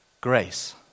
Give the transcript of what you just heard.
Grace